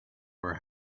were